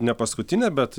nepaskutinė bet